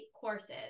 courses